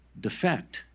defect